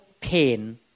pain